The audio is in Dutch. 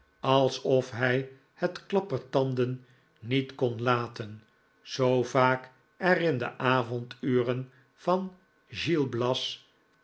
alsof hij het klappertanden niet kon laten zoo vaak er in de avonturen van gil bias van